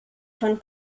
von